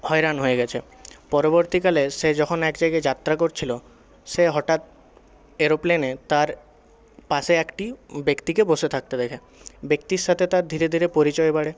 হয়রান হয়ে গেছে পরবর্তীকালে সে যখন এক জায়গায় যাত্রা করছিল সে হঠাৎ এরোপ্লেনে তার পাশে একটি ব্যক্তিকে বসে থাকতে দেখে ব্যক্তির সাথে তার ধীরে ধীরে পরিচয় বাড়ে